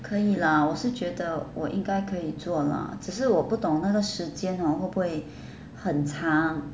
可以 lah 我是觉得我应该是可以做 lah 只是我不懂那个时间 hor 会不会很长